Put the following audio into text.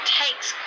takes